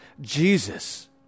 Jesus